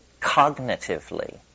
cognitively